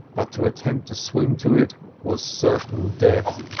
but to attempt to swim to it was certain death,